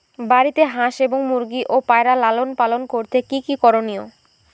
বাড়িতে হাঁস এবং মুরগি ও পায়রা লালন পালন করতে কী কী করণীয়?